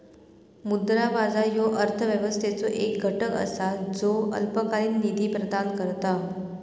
मुद्रा बाजार ह्यो अर्थव्यवस्थेचो एक घटक असा ज्यो अल्पकालीन निधी प्रदान करता